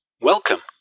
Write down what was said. Welcome